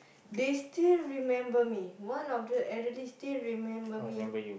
they still remember me one of the elderly still remember me